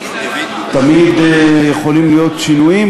תמיד יכולים להיות שינויים,